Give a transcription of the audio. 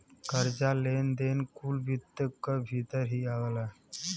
कर्जा, लेन देन कुल वित्त क भीतर ही आवला